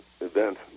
event